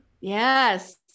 Yes